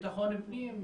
לבטחון פנים,